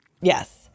Yes